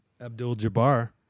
Abdul-Jabbar